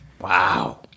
Wow